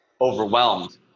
overwhelmed